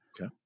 Okay